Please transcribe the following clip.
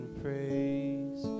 praise